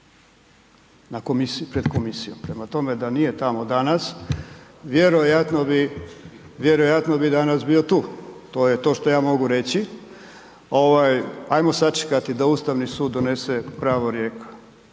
o klimi pred komisijom. Prema tome, da nije tamo danas, vjerojatno bi, vjerojatno bi danas bio tu, to je to što ja mogu reći. Ovaj, ajmo sačekati da Ustavni sud donese pravorijek,